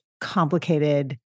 complicated